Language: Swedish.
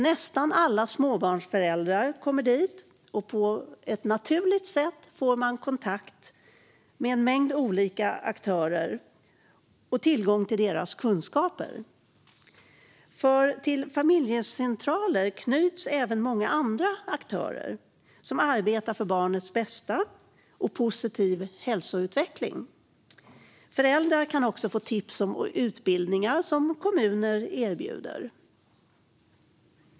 Nästan alla småbarnsföräldrar kommer dit och får på ett naturligt sätt kontakt med en mängd olika aktörer och tillgång till deras kunskaper, för till familjecentraler knyts även många andra aktörer som arbetar för barnets bästa och positiv hälsoutveckling. Föräldrar kan också få tips om utbildningar som kommuner erbjuder.